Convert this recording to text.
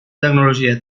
tecnologia